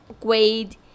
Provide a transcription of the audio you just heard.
grade